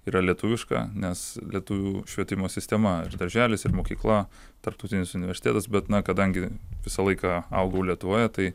yra lietuviška nes lietuvių švietimo sistema ir darželis ir mokykla tarptautinis universitetas bet na kadangi visą laiką augau lietuvoje tai